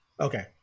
Okay